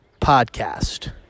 Podcast